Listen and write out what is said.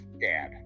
dad